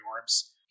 orbs